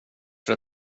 för